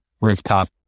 rooftop